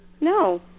No